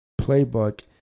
playbook